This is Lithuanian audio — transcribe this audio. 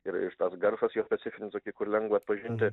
ir ir tas garsas jo specifinis tokį kur lengva atpažinti